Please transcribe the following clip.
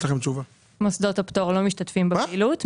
מוסדות הפטור לא משתתפים בפעילות,